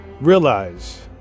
realize